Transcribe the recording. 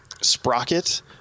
Sprocket